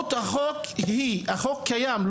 החוק קיים.